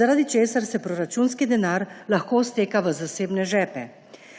zaradi česar se proračunski denar lahko steka v zasebne žepe.